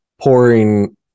pouring